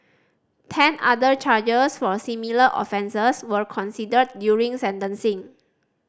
ten other charges for similar offences were considered during sentencing